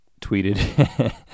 tweeted